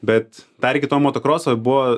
bet dar iki to motokroso buvo